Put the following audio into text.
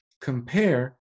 compare